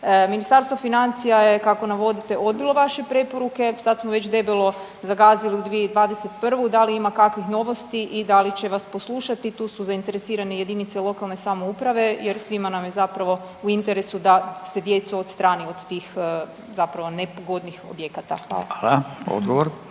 Ministarstvo financija je, kako navodite odbilo vaše preporuke, sad smo već debelo zagazili u 2021., da li ima kakvih novosti i da li će vas poslušati? Tu su zainteresirani jedinice lokalne samouprave jer svima nam je zapravo u interesu da se djecu odstrani od tih zapravo nepogodnih objekata. Hvala. **Radin,